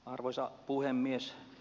arvoisa puhemies